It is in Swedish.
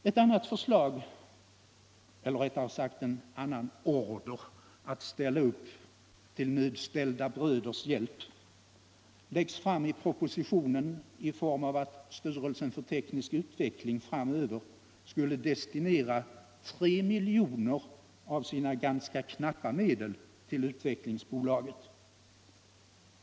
Ett annat förslag eller rättare sagt en annan order att ställa upp till nödställda bröders hjälp läggs fram i propositionen i form av att styrelsen för teknisk utveckling framöver skulle destinera 3 miljoner av sina ganska knappa medel till Utvecklingsaktiebolaget.